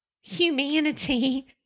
humanity